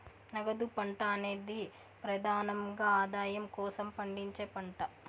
నగదు పంట అనేది ప్రెదానంగా ఆదాయం కోసం పండించే పంట